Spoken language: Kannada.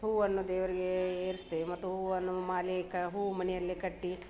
ಹೂವನ್ನು ದೇವ್ರಿಗೆ ಏರ್ಸ್ತೇವೆ ಮತ್ತು ಹೂವನ್ನು ಮಾಲೆ ಕ ಹೂವು ಮನೆಯಲ್ಲಿ ಕಟ್ಟಿ